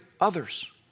others